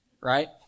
right